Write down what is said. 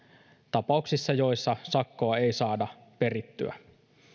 tapauksissa joissa sakkoa ei saada perittyä